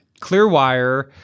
Clearwire